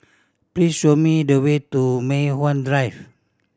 please show me the way to Mei Hwan Drive